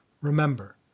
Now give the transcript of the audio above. Remember